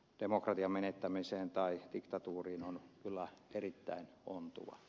demokratian menettämiseen tai diktatuuriin on kyllä erittäin ontuva